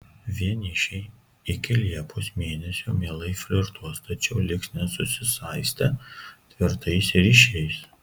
vienišiai iki liepos mėnesio mielai flirtuos tačiau liks nesusisaistę tvirtais ryšiais